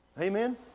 Amen